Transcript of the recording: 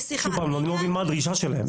שוב, אני לא מבין מה הדרישה שלהם.